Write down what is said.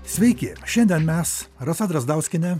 sveiki šiandien mes rasa drazdauskienė